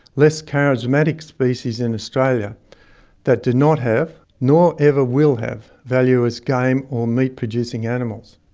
less charismatic species in australia that do not have, nor ever will have, value as game or meat producing animals?